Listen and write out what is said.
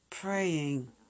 praying